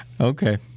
Okay